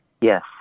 Yes